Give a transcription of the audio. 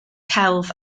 celf